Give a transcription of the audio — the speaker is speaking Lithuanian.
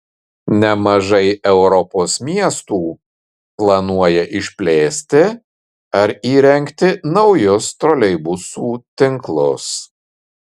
nemažai europos miestų planuoja išplėsti ar įrengti naujus troleibusų tinklus